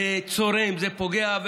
זה צורם, זה פוגע.